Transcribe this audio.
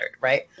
right